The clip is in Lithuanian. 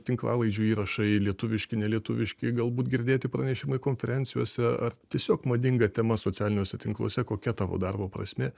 tinklalaidžių įrašai lietuviški nelietuviški galbūt girdėti pranešimai konferencijose ar tiesiog madinga tema socialiniuose tinkluose kokia tavo darbo prasmė